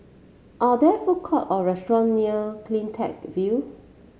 are there food courts or restaurants near CleanTech View